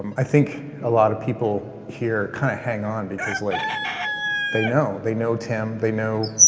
um i think a lot of people here kind of hang on because like they know, they know tim, they know,